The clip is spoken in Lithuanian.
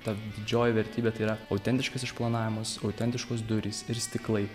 ta didžioji vertybė tai yra autentiškas išplanavimas autentiškos durys ir stiklai